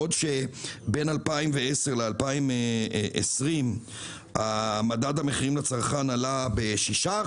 בעוד שבין 2010 ל-2020 מדד המחירים לצרכן עלה ב-6%,